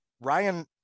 Ryan